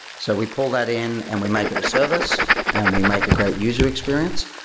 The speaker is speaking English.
so we pull that in and we make it a service and we make a great user experience.